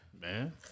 Man